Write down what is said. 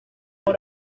uyu